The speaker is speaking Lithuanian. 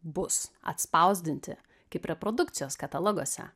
bus atspausdinti kaip reprodukcijos kataloguose